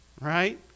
right